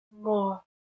more